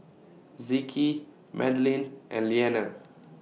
Zeke Madelene and Leaner